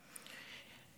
כך: